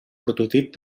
prototip